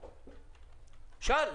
שאל.